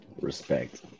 Respect